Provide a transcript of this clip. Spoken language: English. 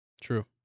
True